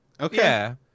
Okay